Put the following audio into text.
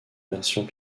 versions